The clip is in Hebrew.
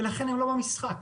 ולכן הם לא במשחק.